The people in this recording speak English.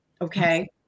Okay